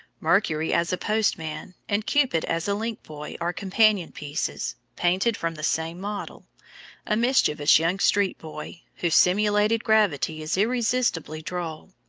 mercury as a postman and cupid as a link-boy are companion pieces, painted from the same model a mischievous young street boy, whose simulated gravity is irresistibly droll.